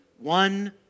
One